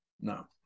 No